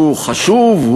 הוא חשוב,